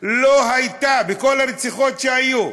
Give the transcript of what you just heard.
לא הייתה, בכל הרציחות שהיו,